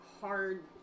hard